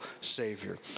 Savior